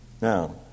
Now